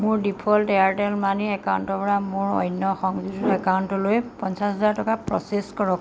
মোৰ default Airtel money একাউণ্টৰ পৰা মোৰ অন্য সংযোজিত একাউণ্টলৈ পঞ্চাছ হাজাৰ টকা প্ৰ'চেছ কৰক